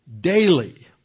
Daily